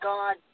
God